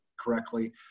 correctly